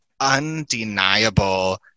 undeniable